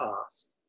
past